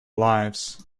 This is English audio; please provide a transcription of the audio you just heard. lives